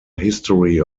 history